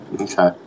Okay